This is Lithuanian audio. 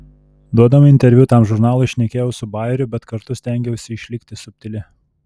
duodama interviu tam žurnalui šnekėjau su bajeriu bet kartu stengiausi išlikti subtili